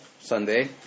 Sunday